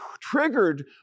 triggered